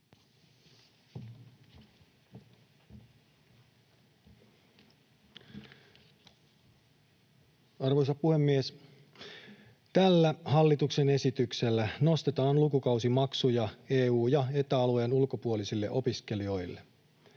Arvoisa puhemies! Tällä hallituksen esityksellä nostetaan lukukausimaksuja EU- ja Eta-alueen ulkopuolisille opiskelijoille.